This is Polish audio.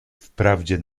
wprawdzie